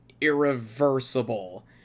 irreversible